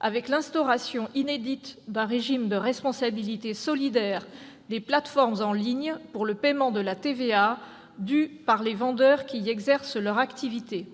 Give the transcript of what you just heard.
avec l'instauration inédite d'un régime de responsabilité solidaire des plateformes en ligne pour le paiement de la TVA due par les vendeurs qui y exercent leur activité.